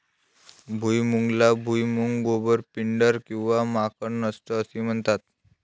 भुईमुगाला भुईमूग, गोबर, पिंडर किंवा माकड नट असेही म्हणतात